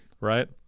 right